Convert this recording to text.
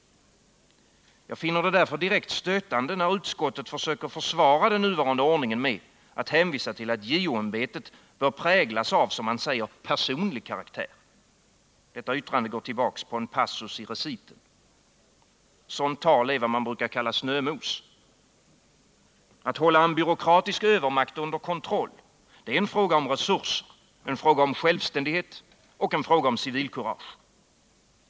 Jag finner det därför direkt stötande, när utskottet försöker försvara den nuvarande ordningen med att hänvisa till att JO-ämbetet bör präglas av, som man säger, personlig karaktär. Yttrandet går tillbaka på en passus i reciten. Sådant tal är vad man kallar snömos. Att hålla en byråkratisk övermakt under kontroll är en fråga om resurser, självständighet och civilkurage.